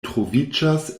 troviĝas